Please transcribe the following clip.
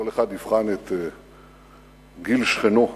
כל אחד יבחן את גיל שכנו.